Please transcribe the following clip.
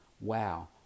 wow